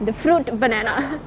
the fruit banana